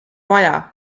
vaja